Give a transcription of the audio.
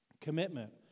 Commitment